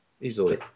easily